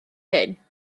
hyn